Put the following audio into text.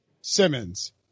Simmons